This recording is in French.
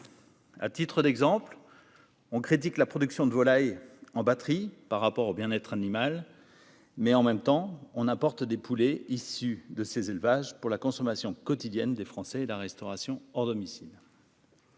à titre d'exemple, on critique la production de volaille en batterie par rapport au bien-être animal, mais en même temps on apporte des poulets issus de ces élevages pour la consommation quotidienne des Français, la restauration hors domicile.